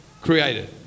created